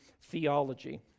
theology